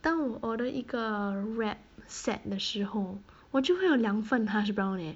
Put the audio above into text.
当我 order 一个 wrap set 的时候我就会有两份 hash brown eh